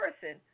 person